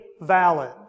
valid